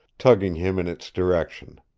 tugging him in its direction.